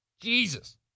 jesus